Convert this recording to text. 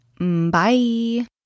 bye